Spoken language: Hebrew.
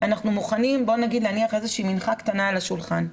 אנחנו מוכנים להניח איזושהי מנחה קטנה על השולחן.